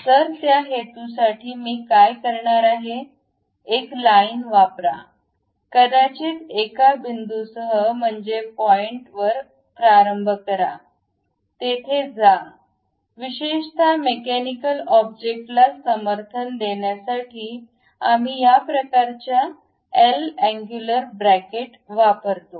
तर त्या हेतूसाठी मी काय करणार आहे एक लाईन वापरा कदाचित एका बिंदूसह म्हणजेच पॉईंट वर प्रारंभ करा तेथे जा विशेषत मेकॅनिकल ऑब्जेक्टला समर्थन देण्यासाठी आम्ही या प्रकारच्या एल अँगुलर ब्रॅकेट वापरतो